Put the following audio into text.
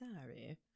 sorry